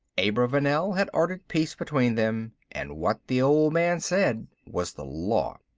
abravanel had ordered peace between them, and what the old man said was the law.